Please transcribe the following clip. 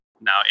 Now